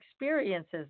experiences